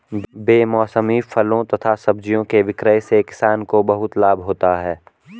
बेमौसमी फलों तथा सब्जियों के विक्रय से किसानों को बहुत लाभ होता है